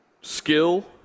skill